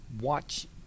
watch